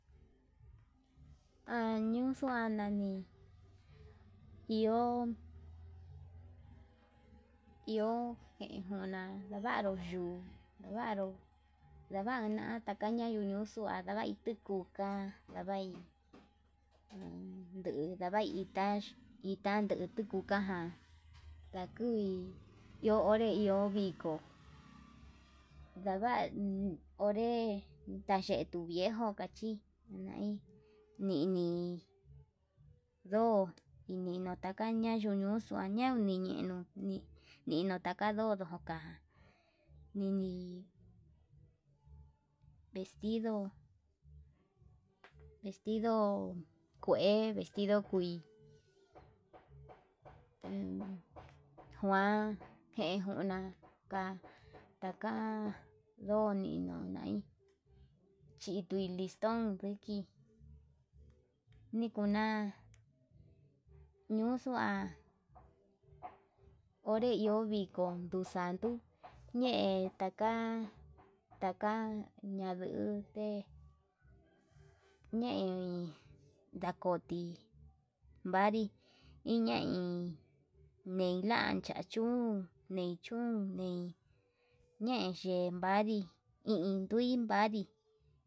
Anuxu nani iho iho ijuna ndavaru yuu ndavaru, takaña ndevana takaña ñuxua ndadai tikuu ka'a ndava'i an nduu ndavai itá nduu kuka ján ndakui iho onré iho viko ndava'a onré tayetu viejo tayeen nai nini ndo ininu taka ñuxuu ña'a, ñuninio ni ninu taka ndó nuuka nini vestido vestido kue vestido kuii en njuan jén njuna ka'a taka ndoni noo nai, chitui liston ndiki nikuna yuxua onré iho viko nduxanduu ñe'e taka taka ñandute ñei ndakoti, vanri iin yein nei lan chachún nei chún nei ñee xhenin vadii i iin nduti vandii.